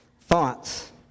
thoughts